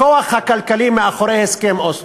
הכוח הכלכלי מאחורי הסכם אוסלו,